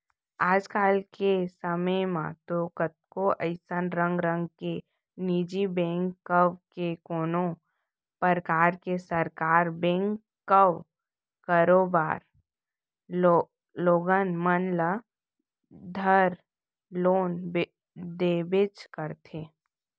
आज के समे म तो कतको अइसन रंग रंग के निजी बेंक कव के कोनों परकार के सरकार बेंक कव करोबर लोगन मन ल धर लोन देबेच करथे